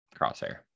Crosshair